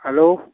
hello